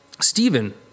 Stephen